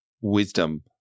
wisdom